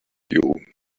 you